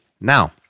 Now